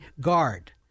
guard